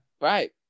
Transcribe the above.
right